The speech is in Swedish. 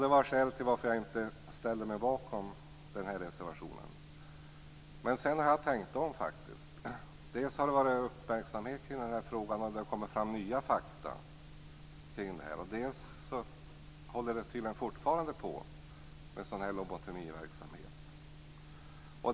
Det var skälet till att jag inte ställde mig bakom den här reservationen. Men sedan har jag tänkt om. Dels har det varit uppmärksamhet kring den här frågan och nya fakta har kommit fram, dels håller man tydligen fortfarande på med sådan här lobotomiverksamhet.